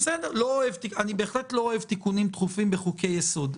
אני בהחלט לא אוהב תיקונים תכופים בחוקי-יסוד,